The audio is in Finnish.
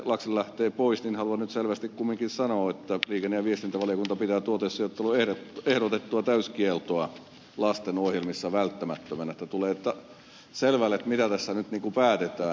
laxell lähtee pois niin haluan nyt selvästi kumminkin sanoa että liikenne ja viestintävaliokunta pitää tuotesijoitteluun ehdotettua täyskieltoa lastenohjelmissa välttämättömänä että tulee selville mitä tässä nyt päätetään